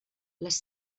les